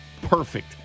perfect